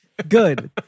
Good